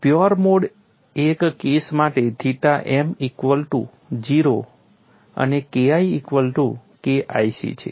pure mode I case માટે theta m equal to 0 અને KI equal to KIC છે